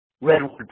Redwood